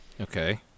Okay